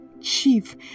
chief